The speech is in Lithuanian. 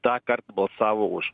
tąkart balsavo už